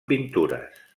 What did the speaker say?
pintures